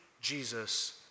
Jesus